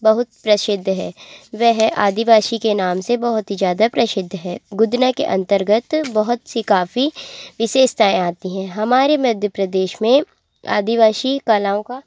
बहुत प्रसिद्ध है वह आदिवासी के नाम से बहुत ही ज़्यादा प्रसिद्ध है गुदना के अंतर्गत बहुत सी काफ़ी विशेषताएं आती हैं हमारे मध्य प्रदेश में आदिवासी कलाओं का